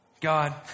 God